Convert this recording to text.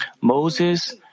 Moses